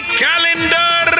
calendar